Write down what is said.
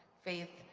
faith,